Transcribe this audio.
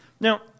Now